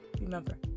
Remember